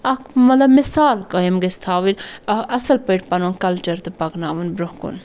اکھ مَطلَب مِثال قٲیِم گَژھِ تھاوٕنۍ اَصٕل پٲٹھۍ پَنُن کَلچَر تہٕ پَکناوُن برٛونٛہہ کُن